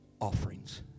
offerings